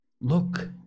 Look